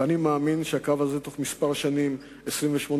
ואני מאמין שבתוך כמה שנים הקו הזה,